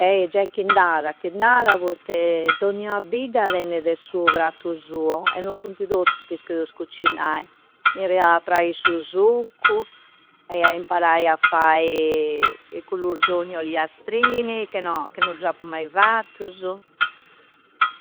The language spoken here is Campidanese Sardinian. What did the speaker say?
Eh! Già chind'ada, chi nara, poitte dogna bidda tenede su prattu suo, e no funti tottusu chi ischideu cucinai. Mi ada praghi su succu, e ai imparai a fai i cullurgioni olgiastrini che no. Che no dus appu mai fattusu.